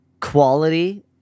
quality